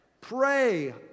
pray